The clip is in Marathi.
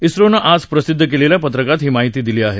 इस्रोनं आज प्रसिद्ध केलेल्या पत्रकात ही माहिती दिली आहे